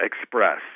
express